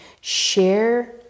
share